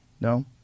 No